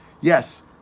Yes